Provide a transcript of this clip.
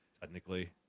technically